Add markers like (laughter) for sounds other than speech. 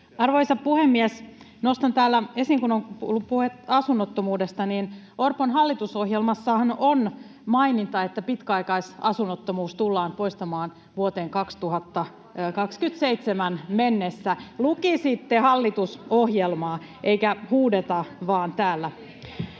Arvoisa puhemies! Nostan täällä esiin, kun on ollut puhetta asunnottomuudesta, että Orpon hallitusohjelmassahan on maininta, että pitkäaikaisasunnottomuus tullaan poistamaan vuoteen 2027 mennessä. (noise)